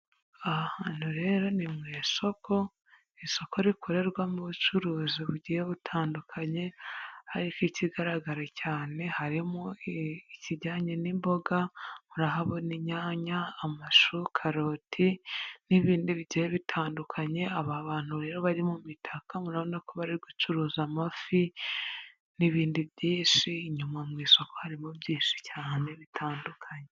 Aha hantu rero ni mu isoko, isoko rikorerwamo ubucuruzi bugiye butandukanye, ariko ikigaragara cyane harimo ikijyanye n'imboga, murahabona inyanya, amashu, karoti, n'ibindi bigiye bitandukanye, aba bantu rero bari mu mitaka, murabonako bari gucuruza amafi, n'ibindi byinshi, inyuma mu isoko harimo byinshi cyane bitandukanye.